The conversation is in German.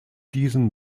diesen